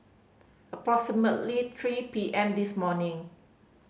approximately three P M this morning